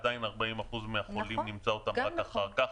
עדיין 40% נמצא אותם רק אחר כך.